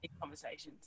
conversations